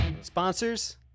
Sponsors